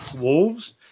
Wolves